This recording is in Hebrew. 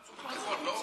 חוץ וביטחון.